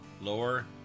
lower